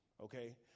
Okay